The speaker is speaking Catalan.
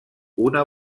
una